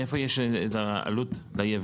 מאיפה יש להם את העלות ליבואן?